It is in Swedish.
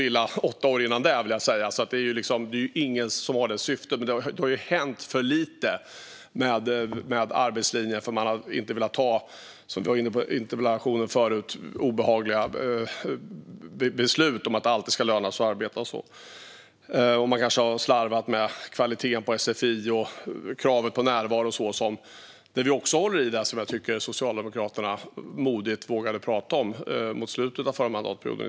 Låt mig dock tillägga att det fanns andra som for illa de åtta åren före det. Det har alltså hänt för lite med arbetslinjen eftersom man som sagt inte har velat ta obehagliga beslut om att det alltid ska löna sig att arbeta. Det har kanske också slarvats med kvaliteten på sfi och kravet på närvaro. Här håller vi också i det som Socialdemokraterna modigt vågade prata om, inte minst mot slutet av mandatperioden.